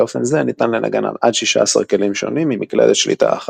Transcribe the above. באופן זה ניתן לנגן על עד 16 כלים שונים ממקלדת שליטה אחת.